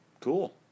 Cool